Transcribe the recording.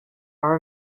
are